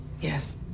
Yes